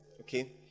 Okay